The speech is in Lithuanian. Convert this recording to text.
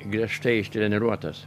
griežtai ištreniruotos